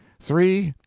three.